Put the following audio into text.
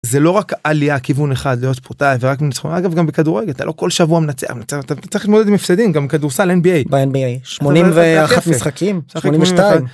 זה לא רק עלייה כיוון אחד להיות פרוטאי ורק מנסחון אגב גם בכדורגל לא כל שבוע מנצח אתם צריכים לתמודד עם מפסדים גם כדורסל NBA, מה NBA, שמונים ואחת משחקים, שמונים ושתיים